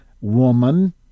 woman